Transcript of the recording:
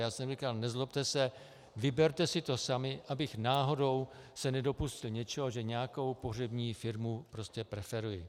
Já jsem říkal: Nezlobte se, vyberte si to sami, abych se náhodou nedopustil něčeho, že nějakou pohřební firmu preferuji.